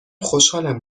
خوشحالم